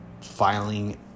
filing